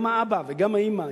גם האבא וגם האמא,